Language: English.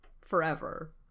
forever